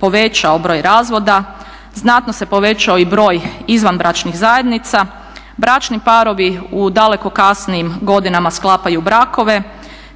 povećao broj razvoda, znatno se povećao i broj izvanbračnih zajednica. Bračni parovi u daleko kasnijim godinama sklapaju brakove